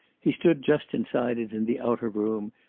he stood just inside it in the outer room,